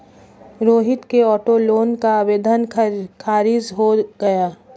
रोहित के auto loan का आवेदन खारिज हो गया